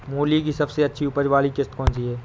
मूली की सबसे अच्छी उपज वाली किश्त कौन सी है?